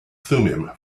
thummim